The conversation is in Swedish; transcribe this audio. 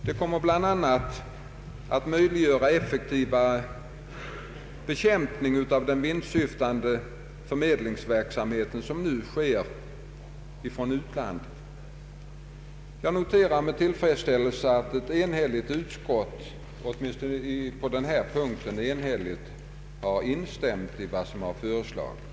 Detta kommer bl.a. att möjliggöra effektivare bekämpning av den vinstsyftande förmedlingsverksamhet som sker från utlandet. Jag noterar med tillfredsställelse att ett åtminstone på denna punkt enhälligt utskott i huvudsak instämmer i vad som föreslagits.